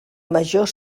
major